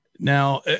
Now